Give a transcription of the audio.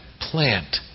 plant